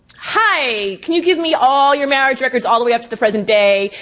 hi, can you give me all your marriage records all the way up to the present day?